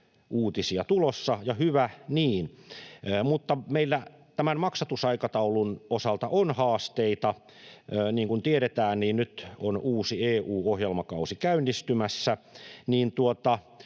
uutisia tulossa, ja hyvä niin, mutta meillä maksatusaikataulun osalta on haasteita. Niin kuin tiedetään, nyt on uusi EU-ohjelmakausi käynnistymässä,